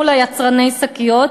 מול יצרני השקיות,